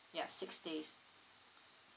yeah six days